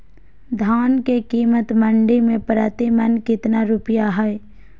धान के कीमत मंडी में प्रति मन कितना रुपया हाय?